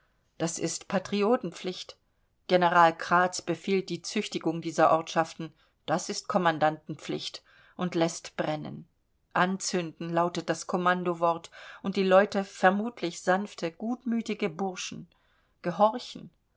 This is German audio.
das ist patriotenpflicht general kraatz befiehlt die züchtigung dieser ortschaften das ist kommandantenpflicht und läßt brennen anzünden lautet das kommandowort und die leute vermutlich sanfte gutmütige bursche gehorchen